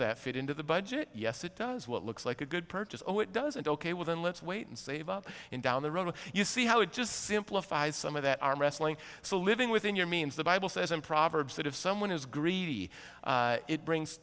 that fit into the budget yes it does what looks like a good purchase oh it doesn't ok well then let's wait and save up and down the road and you see how it just simplified some of that arm wrestling so living within your means the bible says in proverbs that if someone is greedy it brings